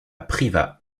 privas